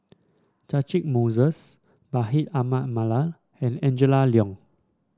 Catchick Moses Bashir Ahmad Mallal and Angela Liong